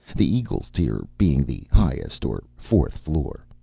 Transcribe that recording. the eagle's tier being the highest, or fourth, floor.